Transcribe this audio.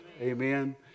Amen